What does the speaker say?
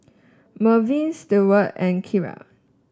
Merwin Stewart and Kira